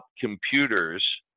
computers